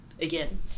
again